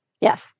yes